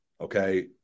okay